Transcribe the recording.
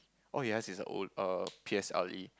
oh yes he has a old uh P_S_L_E